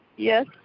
Yes